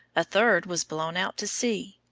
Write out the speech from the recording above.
a third was blown out to sea.